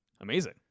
Amazing